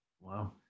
Wow